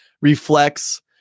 reflects